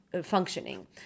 functioning